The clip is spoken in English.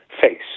face